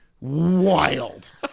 wild